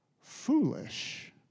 foolish